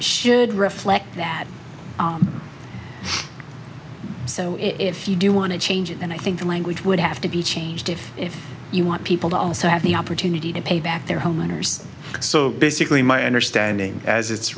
should reflect that so if you do want to change it then i think the language would have to be changed if if you want people to also have the opportunity to pay back their homeowners so basically my understanding as it's